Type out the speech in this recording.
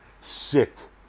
sit